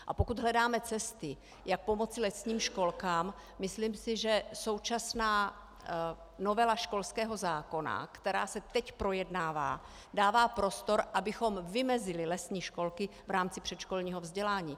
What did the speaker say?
A pokud hledáme cesty, jak pomoci lesním školkám, myslím si, že současná novela školského zákona, která se teď projednává, dává prostor, abychom vymezili lesní školky v rámci předškolního vzdělání.